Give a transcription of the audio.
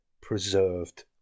preserved